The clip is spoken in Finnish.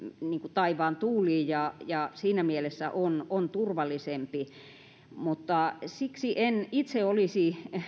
taivaan tuuliin ja ja siinä mielessä on on turvallisempi siksi en itse olisi